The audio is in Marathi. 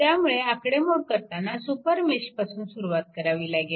त्यामुळे आकडेमोड करताना सुपरमेशपासून सुरुवात करावी लागेल